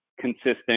consistent